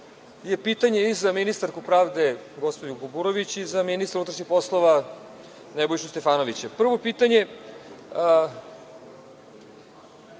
je pitanje i za ministarku pravde, gospođu Kuburović i za ministra unutrašnjih poslova Nebojšu Stefanovića. Prvo pitanje.